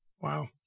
Wow